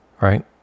right